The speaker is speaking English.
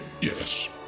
yes